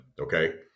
Okay